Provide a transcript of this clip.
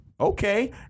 Okay